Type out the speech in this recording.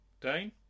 Dane